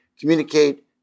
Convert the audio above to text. communicate